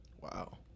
Wow